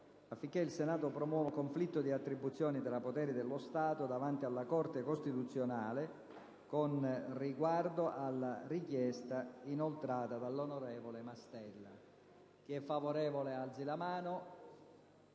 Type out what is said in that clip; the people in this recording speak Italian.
affinché il Senato promuova conflitto di attribuzione tra poteri dello Stato davanti alla Corte costituzionale con riguardo alla richiesta inoltrata dall'onorevole Mastella. **È approvata.** La